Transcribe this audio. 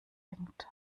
fängt